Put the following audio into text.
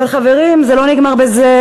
אבל, חברים, זה לא נגמר בזה.